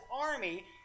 army